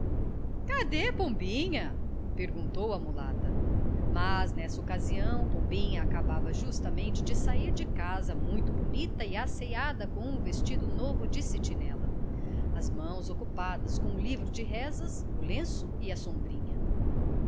cadê pombinha perguntou a mulata mas nessa ocasião pombinha acabava justamente de sair de casa muito bonita e asseada com um vestido novo de cetineta as mãos ocupadas com o livro de rezas o lenço e a sombrinha